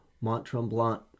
Mont-Tremblant